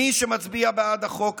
מי שמצביע בעד החוק הזה,